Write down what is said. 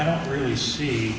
don't really see